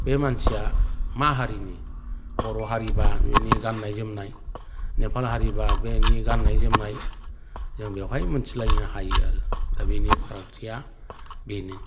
बे मानसिया मा हारिनि बर' हारिबा बेनि गान्नाय जोमनाय नेपाल हारिब्ला बेनि गान्नाय जोमनाय जों बेवहाय मिथिलायनो हायो आरो दा बेनि फारागथिया बेनो